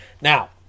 Now